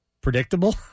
predictable